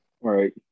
Right